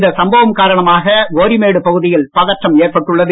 இந்த சம்பவம் காரணமாக கோரிமேடு பகுதியில் பதற்றம் ஏற்பட்டுள்ளது